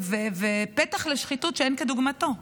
פתח לשחיתות שאין כדוגמתו.